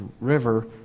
river